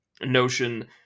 notion